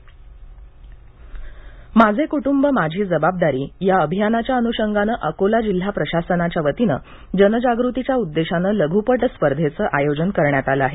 लघुपट माझे कुट्रंब माझी जबाबदारी या अभियानाच्या अनुषंगानं अकोला जिल्हा प्रशासनाच्या वतीनं जनजागृतीच्या उद्देशानं लघूपट स्पर्धेचं आयोजन करण्यात आलं आहे